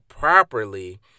Properly